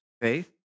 faith